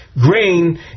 Grain